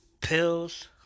Pills